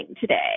today